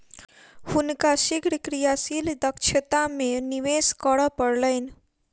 हुनका शीघ्र क्रियाशील दक्षता में निवेश करअ पड़लैन